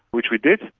which we did.